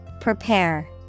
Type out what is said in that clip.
Prepare